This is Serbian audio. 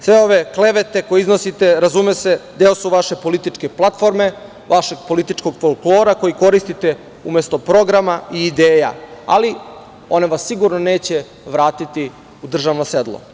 Sve ove klevete koje iznosite razume se, deo su vaše političke platforme, vašeg političkog folklora, koji koristite umesto programa i ideja, ali one vas sigurno neće vratiti u državno sedlo.